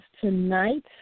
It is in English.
tonight